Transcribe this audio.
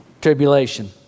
tribulation